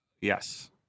Yes